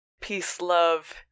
peace-love